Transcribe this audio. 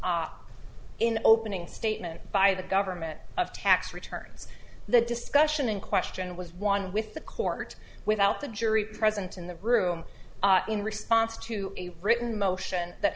in opening statement by the government of tax returns the discussion in question was won with the court without the jury present in the room in response to a written motion that